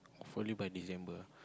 followed by December